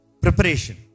Preparation